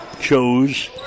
Chose